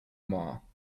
mile